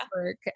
work